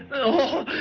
oh,